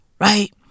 right